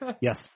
Yes